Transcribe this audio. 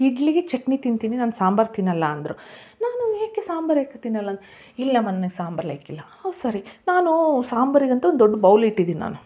ಇಡ್ಲಿಗೆ ಚಟ್ನಿ ತಿಂತೀನಿ ನಾನು ಸಾಂಬಾರು ತಿನ್ನೋಲ್ಲ ಅಂದರೂ ನಾನು ಏಕೆ ಸಾಂಬಾರು ಏಕೆ ತಿನ್ನೋಲ್ಲ ಇಲ್ಲಮ್ಮ ನನಗೆ ಸಾಂಬಾರು ಲೈಕಿಲ್ಲ ಹೊ ಸರಿ ನಾನು ಸಾಂಬಾರಿಗೆ ಅಂತ ಒಂದು ದೊಡ್ಡ ಬೌಲ್ ಇಟ್ಟಿದ್ದೀನಿ ನಾನು